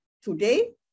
today